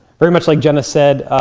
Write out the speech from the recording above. very much like jenna said,